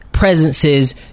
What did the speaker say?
Presences